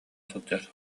сылдьар